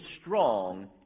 strong